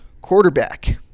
quarterback